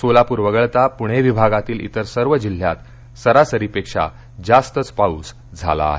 सोलापूर वगळता पुणे विभागातील इतर सर्व जिल्ह्यात सरासरीपेक्षा जास्तच पाऊस झाला आहे